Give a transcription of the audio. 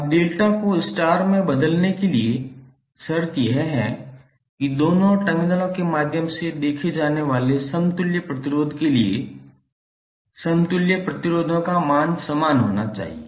अब डेल्टा को स्टार में बदलने के लिए शर्त यह है कि दोनों टर्मिनलों के माध्यम से देखे जाने वाले समतुल्य प्रतिरोध के लिए समतुल्य प्रतिरोधों का मान समान होना चाहिए